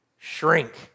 shrink